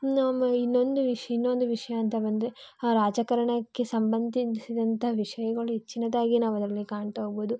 ಇನ್ನೊಮ್ಮೆ ಇನ್ನೊಂದು ವಿಷ್ಯ ಇನ್ನೊಂದು ವಿಷಯ ಅಂತ ಬಂದರೆ ಆ ರಾಜಕಾರಣಕ್ಕೆ ಸಂಬಂದಿಸಿದಂಥ ವಿಷಯಗಳು ಹೆಚ್ಚಿನದಾಗಿ ನಾವು ಅದರಲ್ಲಿ ಕಾಣ್ತಾ ಹೋಗ್ಬೊದು